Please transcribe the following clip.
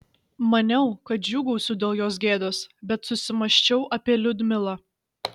maniau kad džiūgausiu dėl jos gėdos bet susimąsčiau apie liudmilą